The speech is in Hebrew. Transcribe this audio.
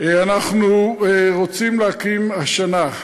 אנחנו רוצים להקים השנה,